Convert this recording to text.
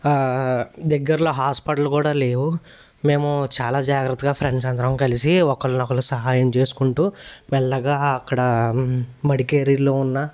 దగ్గర్లో హాస్పిటళ్ళు కూడా లేవు మేము చాలా జాగ్రత్తగా ఫ్రెండ్స్ అందరం కలిసి ఒకళ్ళనొకళ్ళు సహాయం చేసుకుంటూ మెల్లగా అక్కడ మడికేరిలో ఉన్న